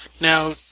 Now